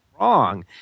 wrong